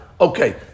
Okay